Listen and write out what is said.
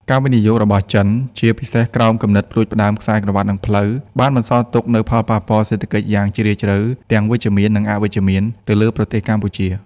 ការវិនិយោគរបស់ចិន ជាពិសេសក្រោមគំនិតផ្តួចផ្តើមខ្សែក្រវាត់ និងផ្លូវ បានបន្សល់ទុកនូវផលប៉ះពាល់សេដ្ឋកិច្ចយ៉ាងជ្រាលជ្រៅទាំងវិជ្ជមាន និងអវិជ្ជមានទៅលើប្រទេសកម្ពុជា។